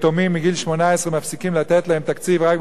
מפסיקים לתת להם תקציב רק כי הם לומדים תורה,